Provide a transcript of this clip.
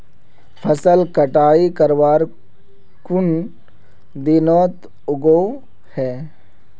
फसल कटाई करवार कुन दिनोत उगैहे?